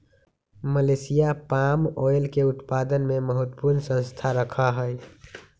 Malaysia palm oil के उत्पादन में महत्वपूर्ण स्थान रखा हई